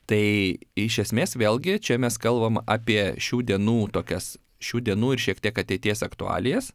tai iš esmės vėlgi čia mes kalbam apie šių dienų tokias šių dienų ir šiek tiek ateities aktualijas